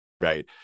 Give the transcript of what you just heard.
right